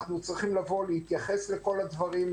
אנחנו צריכים להתייחס לכל הדברים,